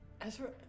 Ezra